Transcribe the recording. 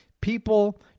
people